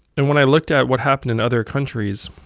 and when i looked at what happened in other countries,